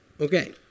Okay